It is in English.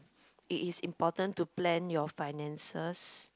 it is important to plan your finances